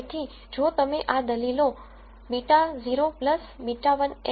તેથી જો તમે આ દલીલ β0 β1 x લો